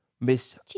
miss